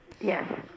Yes